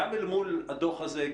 גם אל מול הדוח הזה,